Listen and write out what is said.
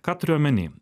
ką turiu omeny